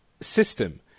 system